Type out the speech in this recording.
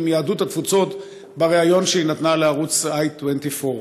יהדות התפוצות בריאיון שהיא נתנה לערוץ i24.